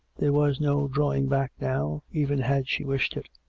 there was no drawing back now, even had she wished it.